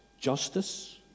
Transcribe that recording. justice